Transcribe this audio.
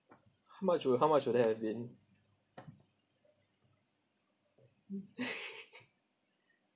how much would how much would that have been